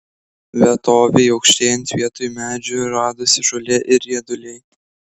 vietovei aukštėjant vietoj medžių radosi žolė ir rieduliai